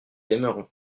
aimerons